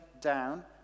down